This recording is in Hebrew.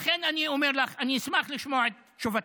לכן אני אומר לך שאני אשמח לשמוע את תשובתך.